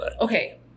Okay